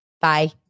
Bye